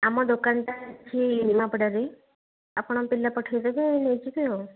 ଆମ ଦୋକାନଟା ଅଛି ନିମାପଡ଼ାରେ ଆପଣ ପିଲା ପଠାଇ ଦେବେ ନେଇଯିବେ ଆଉ